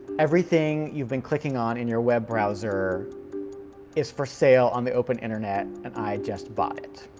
everything you've been clicking on in your web browser is for sale on the open internet, and i just bought it.